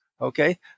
Okay